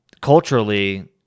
culturally